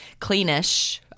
Cleanish